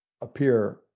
appear